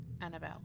Annabelle